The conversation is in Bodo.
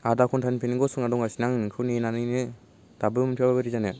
आदा घन्टानिफ्रायनो गंसंना दंगासिनो आङो नोंखौ नेनानैनो दाबो मोनफैयाबा बोरै जानो